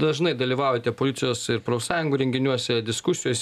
dažnai dalyvaujate policijos ir profsąjungų renginiuose diskusijos